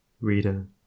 Reader